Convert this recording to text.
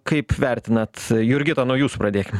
kaip vertinat jurgita nuo jūsų pradėkim